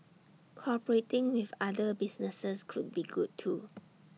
cooperating with other businesses could be good too